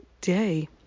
day